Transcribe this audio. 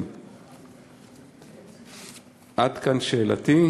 מקבלים זמן לביקור משפחתי,